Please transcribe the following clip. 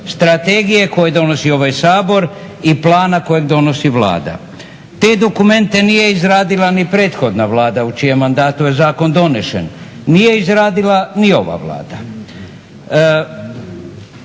Strategije koju donosi ovaj Sabor i Plana kojeg donosi Vlada. Te dokumente nije izradila ni prethodna Vlada u čijem mandatu je zakon donesen, nije izradila ni ova Vlada.